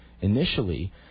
initially